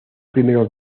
primeros